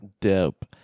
Dope